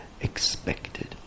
expected